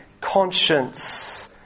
conscience